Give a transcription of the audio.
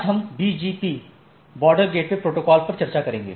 आज हम BGP पर चर्चा करेंगे